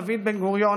דוד בן-גוריון,